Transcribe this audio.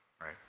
right